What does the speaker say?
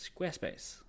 Squarespace